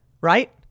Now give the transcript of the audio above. Right